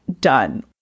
done